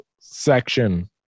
section